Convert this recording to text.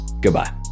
Goodbye